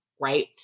Right